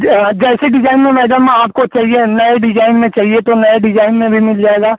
जैसे डिजाइन में मैडम आपको चाहिए नए डिजाइन में चाहिए तो नए डिजाइन में भी मिल जाएगा